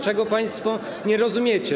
Czego państwo nie rozumiecie?